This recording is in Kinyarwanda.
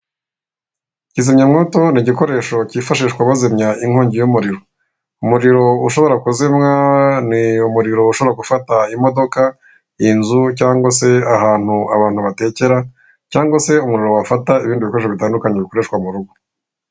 Izimyamwoto ni igikoresho cyifashishwa bazimya inkongi y'umuriro. Umuriro ushobora kuzimwa ni umuriro ushobora gufata imodoka, inzu, cyangwa se ahantu abantu batekera, cyangwa se umuriro wafata ibindi bikoresho bitandukanye bikoreshwa mu rugo.